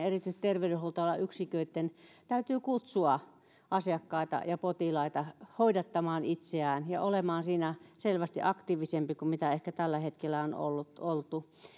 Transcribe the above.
erityisesti terveydenhuoltoalan yksiköitten täytyy kutsua asiakkaita ja potilaita hoidattamaan itseään ja meidän kaikkien olla siinä selvästi aktiivisempia kuin mitä ehkä tällä hetkellä on oltu